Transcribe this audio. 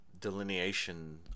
delineation